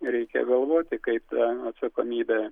reikia galvoti kaip atsakomybę